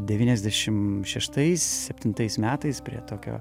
devyniasdešim šeštais septintais metais prie tokio